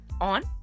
on